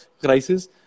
crisis